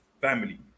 family